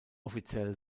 offiziell